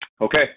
Okay